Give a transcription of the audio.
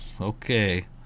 Okay